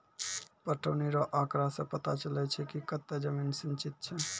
पटौनी रो आँकड़ा से पता चलै छै कि कतै जमीन सिंचित छै